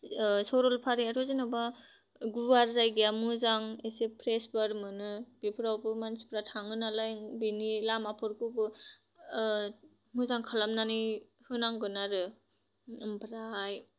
सरलपारायावथ' जेनेबा गुवार जायगाया एसे मोजां एसे फ्रेश बार मोनो बेफोरावबो मानसिफ्रा थाङो नालाय बेनि लामाफोरखौबो मोजां खालामनानै होनांगोन आरो आमफ्राय